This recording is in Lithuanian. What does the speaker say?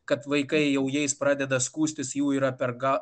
kad vaikai jau jais pradeda skųstis jų yra per gal